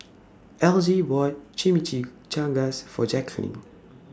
Elgie bought Chimichangas For Jacklyn